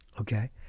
Okay